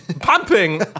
pumping